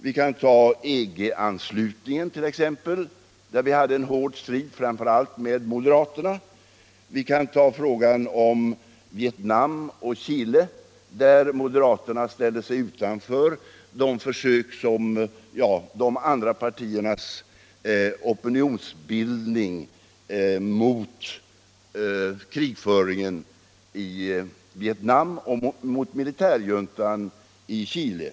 Vi kan t.ex. ta EG-anslutningen där vi hade en hård strid med framför allt moderaterna. Eller vi kan ta frågan om Vietnam och Chile, där moderaterna ställde sig utanför de andra partiernas opinionsbildning mot krigföringen i Vietnam och mot militärjuntan i Chile.